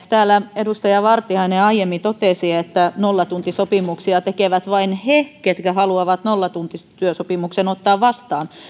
täällä edustaja vartiainen aiemmin totesi että nollatuntisopimuksia tekevät vain he ketkä haluavat nollatuntityösopimuksen ottaa vastaan